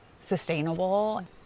sustainable